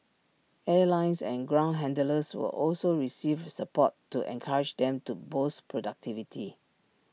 airlines and ground handlers will also receive support to encourage them to boost productivity